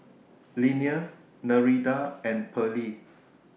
Linnea Nereida and Pearle